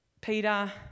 Peter